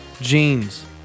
jeans